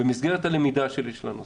במסגרת הלמידה שלי של הנושא,